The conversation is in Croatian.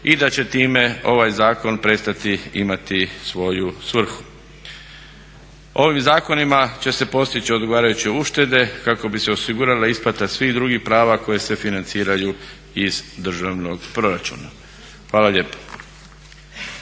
i da će time ovaj zakon prestati imati svoju svrhu. Ovim zakonima će se postići odgovarajuće uštede kako bi se osigurale isplate svih drugih prava koje se financiraju iz državnog proračuna. Hvala lijepo.